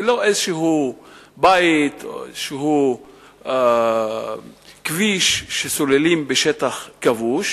זה לא איזה בית או איזה כביש שסוללים בשטח כבוש,